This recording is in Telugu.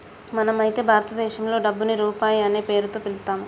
మనం అయితే భారతదేశంలో డబ్బుని రూపాయి అనే పేరుతో పిలుత్తాము